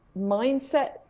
mindset